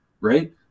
right